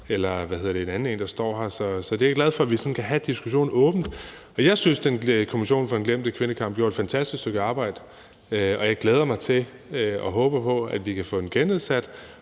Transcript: eller en anden en, der står her. Så jeg er glad for, at vi kan have diskussionen åbent. Jeg synes, at Kommissionen for den glemte kvindekamp gjorde et fantastisk stykke arbejde, og jeg glæder mig til og håber på, at vi kan få den gennedsat.